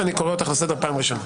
ואני קורא אותך לסדר פעם ראשונה.